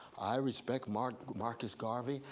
i respect marcus marcus garvey.